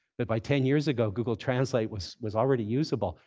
but by ten years ago, google translate was was already usable.